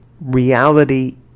Reality